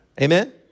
Amen